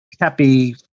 happy